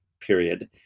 period